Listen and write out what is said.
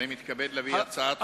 אני מתכבד להביא הצעת חוק,